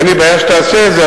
אין לי בעיה שתעשה את זה,